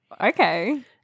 Okay